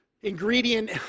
ingredient